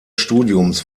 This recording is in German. studiums